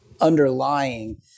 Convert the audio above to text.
underlying